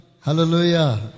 Hallelujah